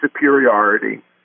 superiority